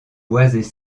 boisées